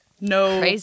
no